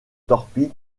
torpille